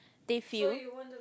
they feel